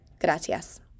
Gracias